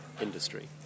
industry